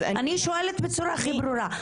אני שואלת בצורה הכי ברורה.